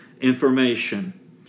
information